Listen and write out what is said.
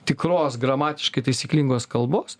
tikros gramatiškai taisyklingos kalbos